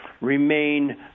remain